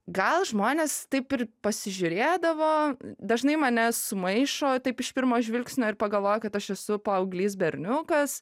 gal žmonės taip ir pasižiūrėdavo dažnai mane sumaišo taip iš pirmo žvilgsnio ir pagalvoja kad aš esu paauglys berniukas